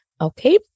Okay